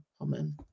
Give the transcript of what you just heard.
Amen